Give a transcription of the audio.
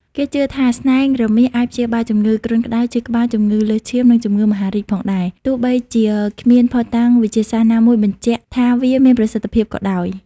គេជឿថាស្នែងរមាសអាចព្យាបាលជំងឺគ្រុនក្តៅ ឈឺក្បាល ជំងឺលើសឈាម និងជំងឺមហារីកផងដែរ ទោះបីជាគ្មានភស្តុតាងវិទ្យាសាស្ត្រណាមួយបញ្ជាក់ថាវាមានប្រសិទ្ធភាពក៏ដោយ។